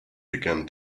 began